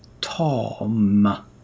Tom